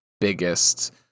biggest